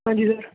ਹਾਂਜੀ ਸਰ